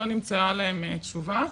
לא נמצא להן תשובה,